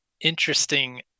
interesting